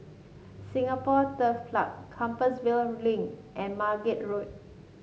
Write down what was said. Singapore Turf Club Compassvale Link and Margate Road